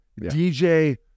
DJ